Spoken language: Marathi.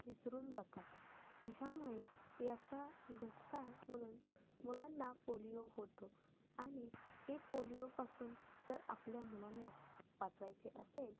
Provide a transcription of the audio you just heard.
विसरून जातात अशामुळे याचा नुकसान म्हणून मुलांना पोलिओ होतो आणि हे पोलिओपासून जर आपल्या मुलांना वाचवायचे असेल